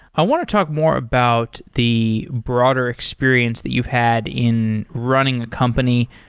i want to talk more about the broader experience that you've had in running a company,